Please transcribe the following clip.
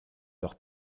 leur